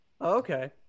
Okay